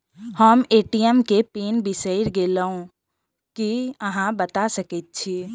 हम ए.टी.एम केँ पिन बिसईर गेलू की अहाँ बता सकैत छी?